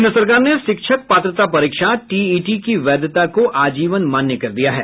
केन्द्र सरकार ने शिक्षक पात्रता परीक्षा टीईटी की वैधता को आजीवन मान्य कर दिया है